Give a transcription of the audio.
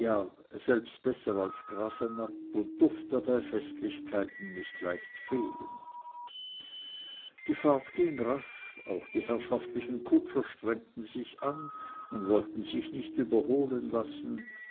selbst besser als grasenabb und durfte bei festlichkeiten nicht leicht fehlen die fahrt ging rasch auch die herrschaftlichen kutscher strengten sich an und wollten sich nicht überholen lassen